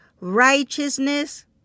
righteousness